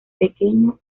pequeño